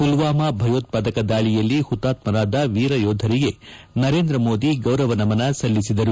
ಪುಲ್ವಾಮ ಭಯೋತ್ವಾದಕ ದಾಳಿಯಲ್ಲಿ ಹುತಾತ್ಕರಾದ ವೀರ ಯೋಧರಿಗೆ ನರೇಂದ್ರ ಮೋದಿ ಗೌರವ ನಮನ ಸಲ್ಲಿಸಿದರು